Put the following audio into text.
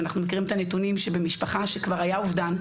אנחנו מכירים את הנתונים שבמשפחה שכבר היה אובדן,